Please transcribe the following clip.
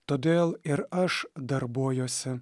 todėl ir aš darbuojuosi